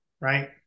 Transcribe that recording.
right